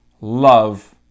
love